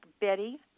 Betty